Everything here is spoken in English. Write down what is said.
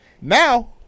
Now